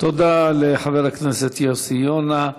תודה לחבר הכנסת יוסי יונה.